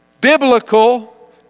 biblical